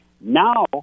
Now